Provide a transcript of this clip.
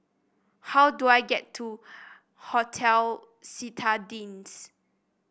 how do I get to Hotel Citadines